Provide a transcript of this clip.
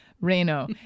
Reino